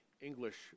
English